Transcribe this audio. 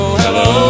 hello